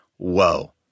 Whoa